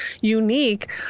unique